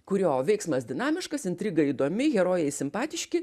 kurio veiksmas dinamiškas intriga įdomi herojai simpatiški